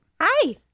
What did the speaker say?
hi